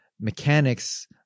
mechanics